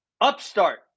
Upstart